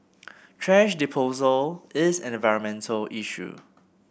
thrash disposal is an environmental issue